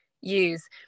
use